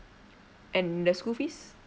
and the school fees